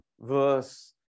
verse